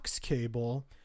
cable